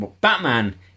Batman